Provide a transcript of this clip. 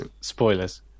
spoilers